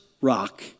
rock